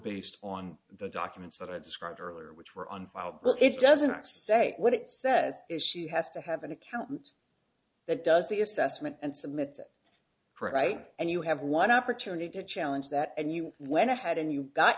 based on the documents that i described earlier which were on file but it doesn't say what it says is she has to have an accountant that does the assessment and submit right and you have one opportunity to challenge that and you went ahead and you got